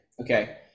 Okay